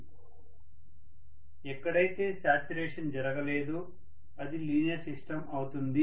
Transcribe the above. professor ఎక్కడైతే saturation జరగలేదో అది లీనియర్ సిస్టం అవుతుంది